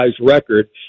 record